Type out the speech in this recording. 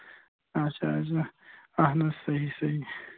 اَچھا حظ اَہَن حظ صحیح صحیح